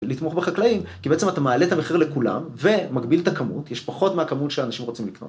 לתמוך בחקלאים, כי בעצם אתה מעלה את המחיר לכולם, ומגביל את הכמות, יש פחות מהכמות שאנשים רוצים לקנות.